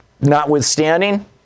notwithstanding